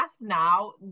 now